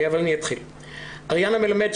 "אריאנה מלמד,